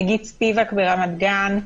נגיד "ספיבק" ברמת גן,